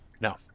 No